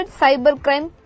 cybercrime